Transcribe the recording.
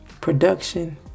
production